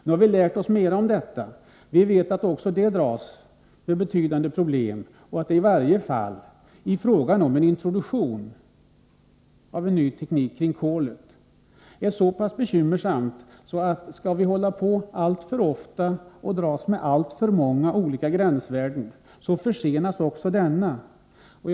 Nu har vi lärt oss mer — vi vet att också kolanvändning för med sig betydande problem och att i varje fall en introduktion av ny teknik kring kolet är bekymmersam. Skall vi dras med alltför många gränsvärden och alltför ofta förekommande ändringar, försenas också introduktionen.